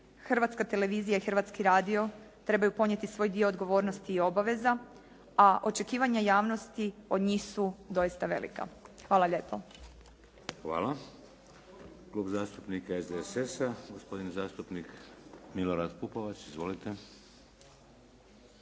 Hrvatska televizija i Hrvatski radio trebaju ponijeti svoj dio odgovornosti i obaveza, a očekivanja javnosti od njih su doista velika. Hvala lijepo. **Šeks, Vladimir (HDZ)** Hvala. Klub zastupnika SDSS-a, gospodin zastupnik Milorad Pupovac. Izvolite.